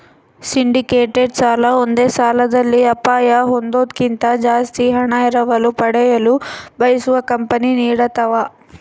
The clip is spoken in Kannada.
ಸಿಂಡಿಕೇಟೆಡ್ ಸಾಲ ಒಂದೇ ಸಾಲದಲ್ಲಿ ಅಪಾಯ ಹೊಂದೋದ್ಕಿಂತ ಜಾಸ್ತಿ ಹಣ ಎರವಲು ಪಡೆಯಲು ಬಯಸುವ ಕಂಪನಿ ನೀಡತವ